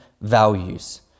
values